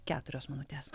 keturios minutės